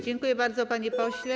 Dziękuję bardzo, panie pośle.